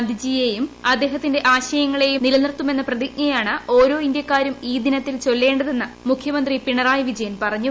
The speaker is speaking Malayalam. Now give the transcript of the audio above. ഗാന്ധിജിയെയും അദ്ദേഹത്തിന്റെ ആശയങ്ങളെയും നിലനിർത്തുമെന്ന പ്രതിജ്ഞയാണ് ഓരോ ഇന്ത്യക്കാരും ഈ ദിനത്തിൽ ചൊല്ലേണ്ടതെന്ന് മുഖ്യമന്ത്രി പിണറായി വിജയൻ പറഞ്ഞു